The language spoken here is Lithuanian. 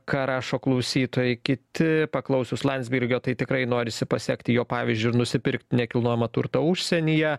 ką rašo klausytojai kiti paklausius landsbergio tai tikrai norisi pasekti jo pavyzdžiu ir nusipirkt nekilnojamą turtą užsienyje